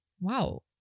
wow